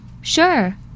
Sure